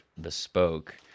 bespoke